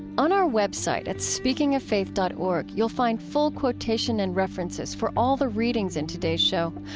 on our website at speakingoffaith dot org, you'll find full quotation and references for all the readings in today's show,